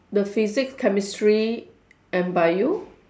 the physics chemistry and bio